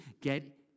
get